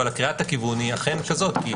אבל קריאת הכיוון היא אכן כזאת.